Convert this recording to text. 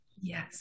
Yes